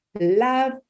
love